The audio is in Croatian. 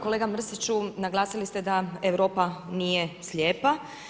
Kolega Mrsiću, naglasili ste da Europa nije slijepa.